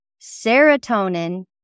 serotonin